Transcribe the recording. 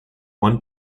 one